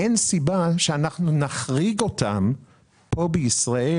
אין סיבה שאנחנו נחריג אותם כאן בישראל